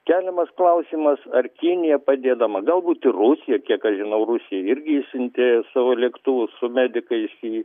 keliamas klausimas ar kinija padėdama galbūt rusija kiek aš žinau rusija irgi išsiuntė savo lėktuvus su medikais į